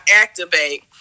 activate